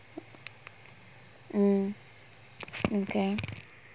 mm mm and then